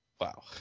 Wow